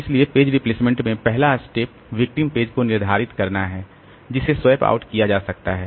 इसलिए page replacement में पहला स्टेप विक्टिम पेज को निर्धारित करना है जिसे स्वैप आउट किया जा सकता है